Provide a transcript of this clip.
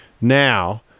now –